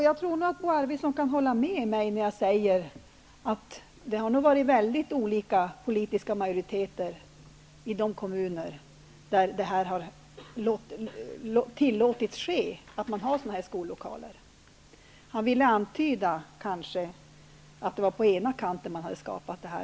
Jag tror att Bo Arvidson kan hålla med mig när jag säger att det nog har varit väldigt olika politiska majoriteter i de kommuner där det har tillåtits ske att man har sådana skollokaler. Han kanske ville antyda att detta hade skapats på den ena kanten.